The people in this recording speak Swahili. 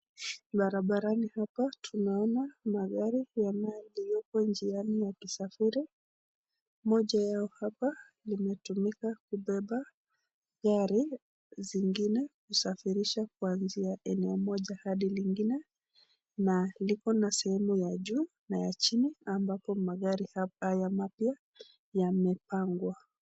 Barabara hapa tunaona magari yako njiani ya kusafiri . Moja yao hapa inatumika kubeba gari zingine kusafirisha kutoka eneo moja hadi lingine na liko na sehemu ya juu na ya chini ambako magari hapa mapya yamepangwa.